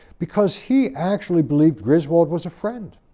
because he actually believed griswold was a friend,